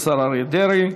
השר אריה דרעי.